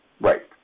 right